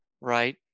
right